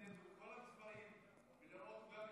לתת לו את כל המספרים ולהראות לו גם את